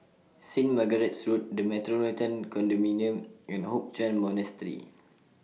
Saint Margaret's Road The Metropolitan Condominium and Hoc Chuan Monastery